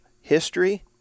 history